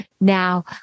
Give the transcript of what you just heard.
Now